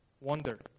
wonder